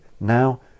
Now